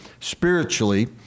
spiritually